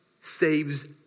saves